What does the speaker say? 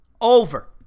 Over